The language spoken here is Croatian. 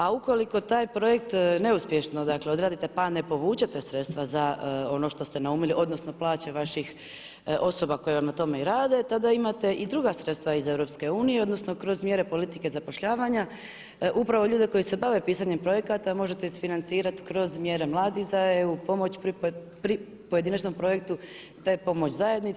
A ukoliko taj projekt neuspješno dakle odradite pa ne povučete sredstva za ono što ste naumili, odnosno plaće vaših osoba koje vam na tome i rade tada imate i druga sredstva iz EU, odnosno kroz mjere politike zapošljavanja upravo ljude koji se bave pisanjem projekata možete isfinanicirati kroz mjere mladi za EU, pomoć pri pojedinačnom projektu te pomoć zajednici.